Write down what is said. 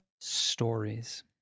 stories